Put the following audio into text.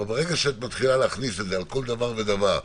הנוסח שהציעה הוועדה בדיוק מייצר את ההבחנה החשובה.